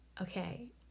Okay